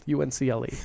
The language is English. uncle